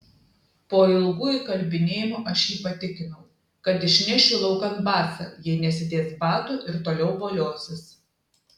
po ilgų įkalbinėjimų aš jį patikinau kad išnešiu laukan basą jei nesidės batų ir toliau voliosis